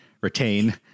retain